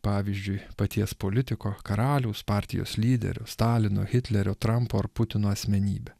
pavyzdžiui paties politiko karaliaus partijos lyderio stalino hitlerio trampo ar putino asmenybę